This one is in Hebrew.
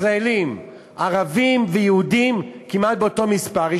לישראלים, ערבים ויהודים, הם כמעט באותו מספר.